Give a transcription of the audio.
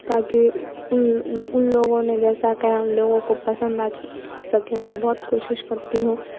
تاکہ ان ان لوگوں نے جیسا کہا ان لوگوں کو پسند آ آ سکے میں بہت کوشش کرتی ہوں